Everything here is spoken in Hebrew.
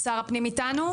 שר הפנים איתנו?